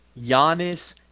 Giannis